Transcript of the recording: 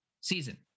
Season